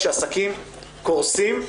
כשעסקים קורסים,